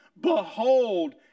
Behold